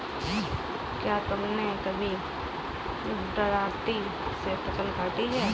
क्या तुमने कभी दरांती से फसल काटी है?